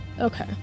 Okay